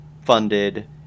funded